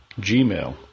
Gmail